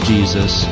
Jesus